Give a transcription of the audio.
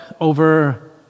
over